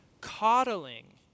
Coddling